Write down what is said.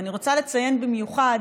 ואני רוצה לציין במיוחד